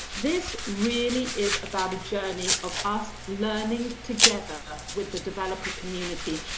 this really is about a journey of us learning together with the developer community.